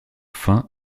fin